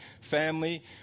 family